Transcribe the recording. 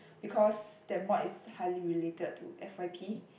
because that mod is highly related to F_y_P